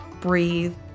breathe